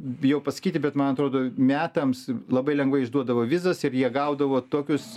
bijau pasakyti bet man atrodo metams labai lengvai išduodavo vizas ir jie gaudavo tokius